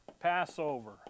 Passover